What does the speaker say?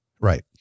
Right